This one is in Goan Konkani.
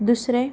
दुसरें